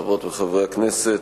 חברות וחברי הכנסת,